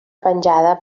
penjada